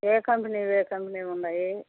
ఏ కంపెనీవి ఏ కంపెనీవి ఉన్నాయి